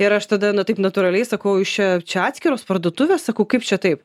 ir aš tada na taip natūraliai sakau jūs čia čia atskiros parduotuvės sakau kaip čia taip